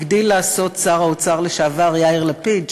הגדיל לעשות שר האוצר לשעבר יאיר לפיד,